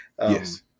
Yes